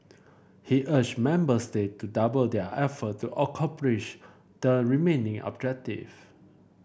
he urged member state to double their effort to accomplish the remaining objective